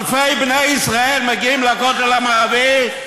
אלפי בני ישראל מגיעים לכותל המערבי,